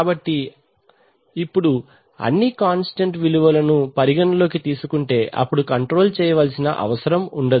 కాబట్టి ఇప్పుడు అన్నీ కొంస్టంట్ విలువలను పరిగణన లోనికి తీసుకుంటే అప్పుడు కంట్రోల్ చేయాల్సిన అవసరం ఉండదు